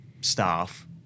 staff